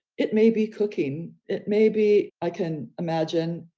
it may be cooking, it may be i can imagine,